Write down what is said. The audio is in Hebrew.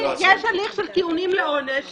אז אם אנחנו מפצלים רק את הנושא של הרמזור האדום,